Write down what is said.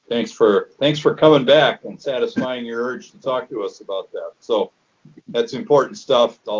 thanks for thanks for coming back and satisfying your urge to talk to us about that. so that's important stuff.